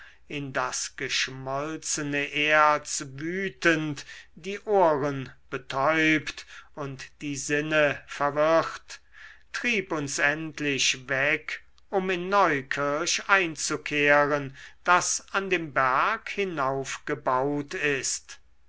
in das geschmolzene erz wütend die ohren betäubt und die sinne verwirrt trieb uns endlich hinweg um in neukirch einzukehren das an dem berg hinaufgebaut ist